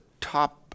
top